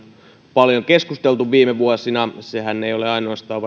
paljon keskusteltu viime vuosina sehän ei ole ainoastaan